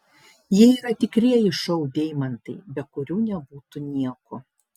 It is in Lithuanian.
jie yra tikrieji šou deimantai be kurių nebūtų nieko